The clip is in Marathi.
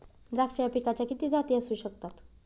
द्राक्ष या पिकाच्या किती जाती असू शकतात?